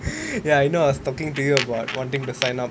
ya I know I was talking to you about wanting to sign up